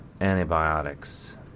antibiotics